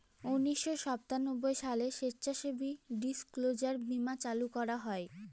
উনিশশো সাতানব্বই সালে স্বেচ্ছাসেবী ডিসক্লোজার বীমা চালু করা হয়